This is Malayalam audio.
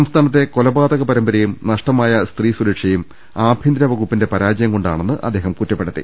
സംസ്ഥാനത്തെ കൊലപാതക പരമ്പരയും നഷ്ടമായ സ്ത്രീ സുരക്ഷയും ആഭ്യന്തര വകു പ്പിന്റെ പരാജയംകൊണ്ടാണെന്ന് അദ്ദേഹം കുറ്റപ്പെടുത്തി